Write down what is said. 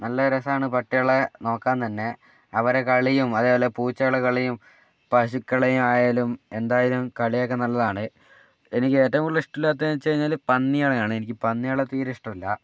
നല്ല രസമാണ് പട്ടികളെ നോക്കാൻ തന്നെ അവരെ കളിയും അതുപോലെ പൂച്ചകളെ കളിയും പശുക്കളെ ആയാലും എന്തായാലും കളിയൊക്കെ നല്ലതാണ് എനിക്ക് ഏറ്റവും കൂടുതൽ ഇഷ്ടമില്ലാത്തതെന്നു വച്ചു കഴിഞ്ഞാൽ പന്നികളെയാണ് എനിക്ക് പന്നികളെ തീരെ ഇഷ്ടമല്ല